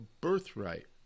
birthright